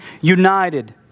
united